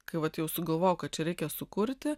kai vat jau sugalvojau kad čia reikia sukurti